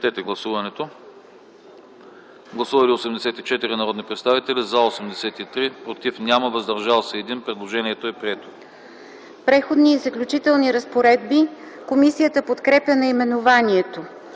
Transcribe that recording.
„Преходни и заключителните разпоредби”. Комисията подкрепя наименованието.